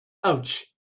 ouch